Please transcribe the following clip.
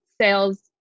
sales